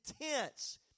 intense